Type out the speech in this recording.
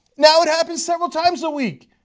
now it happens several times a week.